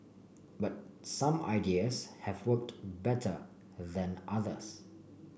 but some ideas have worked better than others